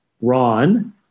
Ron